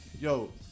Yo